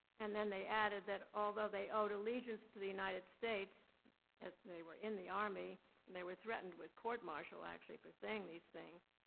and then they added that, although they owed allegiance to the united states as they were in the army, and they were threatened with court-martial actually for saying these things,